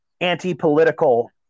anti-political